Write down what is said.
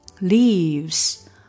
leaves